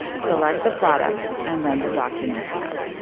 select the product and then the documents tab.